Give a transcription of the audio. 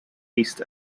east